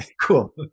cool